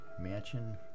mansion